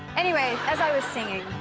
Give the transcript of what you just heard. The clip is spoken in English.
anyway, as i was singing.